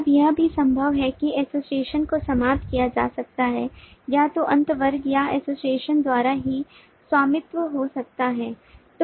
अब यह भी संभव है कि एसोसिएशन को समाप्त किया जा सकता है या तो अंत वर्ग या एसोसिएशन द्वारा ही स्वामित्व हो सकता है